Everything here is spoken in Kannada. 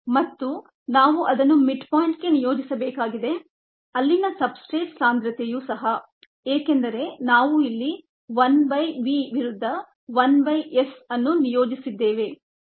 ಮತ್ತು ನಾವು ಅದನ್ನು ಮಿಡ್ ಪಾಯಿಂಟ್ಗೆ ನಿಯೋಜಿಸಬೇಕಾಗಿದೆ ಅಲ್ಲಿನ ಸಬ್ಸ್ಟ್ರೇಟ್ ಸಾಂದ್ರತೆಯೂ ಸಹ ಏಕೆಂದರೆ ನಾವು ಇಲ್ಲಿ 1 by v ವಿರುದ್ಧ 1 by s ಅನ್ನು ಯೋಜಿಸುತ್ತಿದ್ದೇವೆ